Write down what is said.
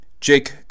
Jake